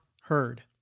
heard